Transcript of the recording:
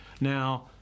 Now